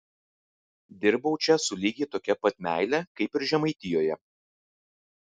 dirbau čia su lygiai tokia pat meile kaip ir žemaitijoje